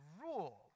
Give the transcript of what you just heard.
rule